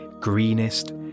greenest